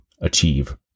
achieve